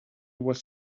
was